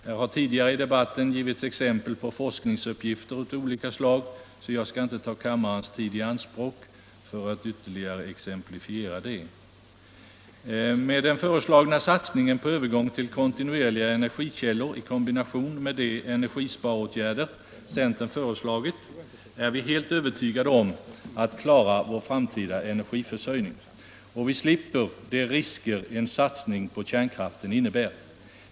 Här har tidigare i debatten givits exempel på forskningsuppgifter av olika slag, varför jag inte skall ta kammarens tid i anspråk för att ytterligare exemplifiera dem. Med den föreslagna satsningen på en övergång till kontinuerliga energikällor i kombination med de energisparåtgärder som centern föreslagit är vi helt övertygade om att kunna klara vår framtida energiförsörjning, och vi slipper då också de risker som en satsning på kärnkraften innebär.